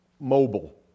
mobile